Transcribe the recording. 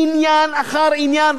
עניין אחר עניין,